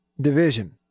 division